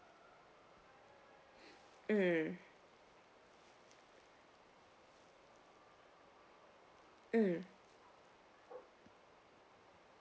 mm mm